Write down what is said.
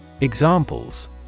EXAMPLES